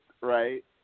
right